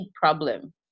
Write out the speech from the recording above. problem